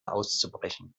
auszubrechen